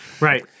Right